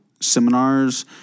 seminars